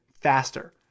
faster